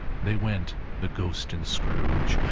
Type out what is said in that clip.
they went, the ghost and scrooge,